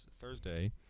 Thursday